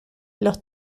los